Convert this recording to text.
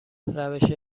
روش